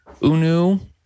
Unu